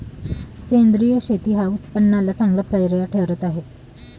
सेंद्रिय शेती हा उत्पन्नाला चांगला पर्याय ठरत आहे